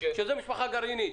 שזה משפחה גרעינית.